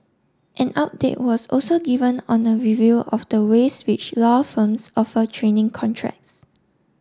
an update was also given on a review of the ways which law firms offer training contracts